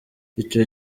icyo